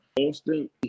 Austin